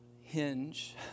hinge